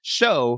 show